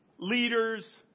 leaders